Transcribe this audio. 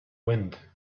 wind